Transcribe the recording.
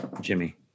Jimmy